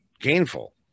Gainful